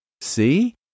See